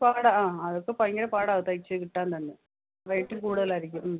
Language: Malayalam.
പാടാം ആ അതൊക്കെ ഭയങ്കര പാടാ തയ്ച്ച് കിട്ടാൻ തന്നെ റേറ്റും കൂടുതലായിരിക്കും